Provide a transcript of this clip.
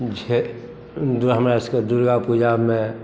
झे हमरासभके दुर्गा पूजामे